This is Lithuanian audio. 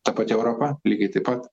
ta pati europa lygiai taip pat